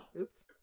Oops